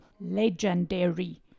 legendary